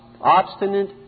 obstinate